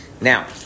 Now